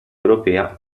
europea